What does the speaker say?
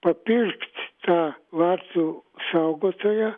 papirkt tą vartų saugotoją